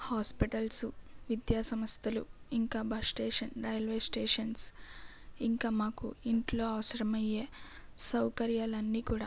hospitals విద్యాసంస్థలు ఇంకా bus stations railway stations ఇంకా మాకు ఇంట్లో అవసరమయ్యే సౌకర్యాలన్నీకూడా